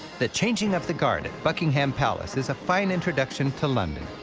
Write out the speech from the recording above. the changing of the guard at buckingham palace is a fine introduction to london.